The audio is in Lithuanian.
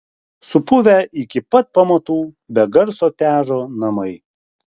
supuvę iki pat pamatų be garso težo namai